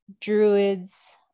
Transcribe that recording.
druids